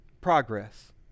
progress